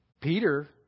Peter